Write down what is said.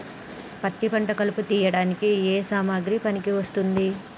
పత్తి పంట కలుపు తీయడానికి ఏ సామాగ్రి పనికి వస్తుంది?